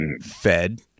fed